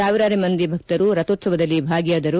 ಸಾವಿರಾರು ಮಂದಿ ಭಕ್ತರು ರಥೋತ್ಸವದಲ್ಲಿ ಭಾಗಿಯಾದರು